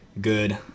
good